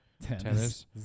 tennis